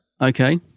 Okay